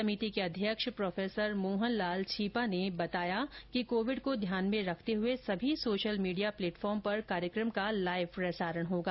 समिति के अध्यक्ष प्रो मोहन लाल छीपा ने बताया कि कोविड को ध्यान में रखते हुए सभी सोशल मीडिया प्लेटफार्म पर कार्यक्रम का लाइव प्रसारण होगा